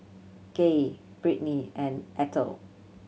Gay Britney and Eithel